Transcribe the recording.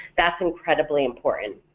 that's incredibly important.